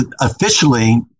officially